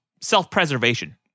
self-preservation